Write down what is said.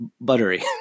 buttery